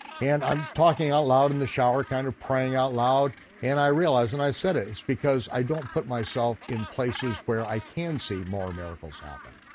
and i'm talking out loud in the shower, kind of praying out loud and i realized, and i said it, it's because i don't put myself in places where i can see more miracles happen.